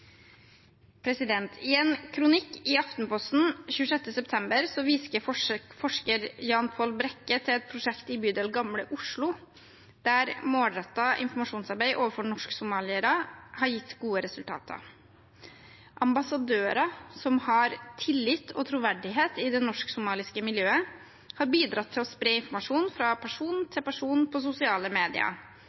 I en kronikk i Aftenposten den 26. september viser forsker Jan-Paul Brekke til et prosjekt i bydel Gamle Oslo, der målrettet informasjonsarbeid overfor norsk-somaliere har gitt gode resultater. Ambassadører som har tillit og troverdighet i det norsk-somaliske miljøet, har bidratt til å spre informasjon fra person til person på sosiale medier,